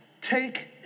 take